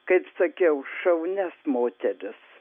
kaip sakiau šaunias moteris